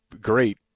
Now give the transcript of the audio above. great